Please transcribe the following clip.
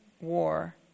war